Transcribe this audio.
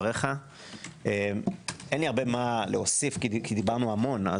אין לי הרבה מה להוסיף כי דיברנו המון.